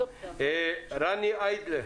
רני איידלר,